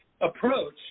approach